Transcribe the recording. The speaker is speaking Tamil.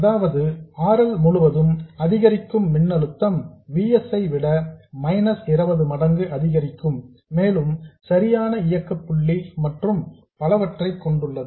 அதாவது R L முழுவதும் அதிகரிக்கும் மின்னழுத்தம் V S ஐ விட மைனஸ் 20 மடங்கு அதிகரிக்கும் மேலும் இது சரியான இயக்க புள்ளி மற்றும் பலவற்றைக் கொண்டுள்ளது